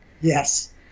yes